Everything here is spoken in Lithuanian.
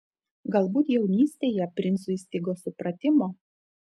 galbūt jaunystėje princui stigo supratimo